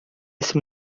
esse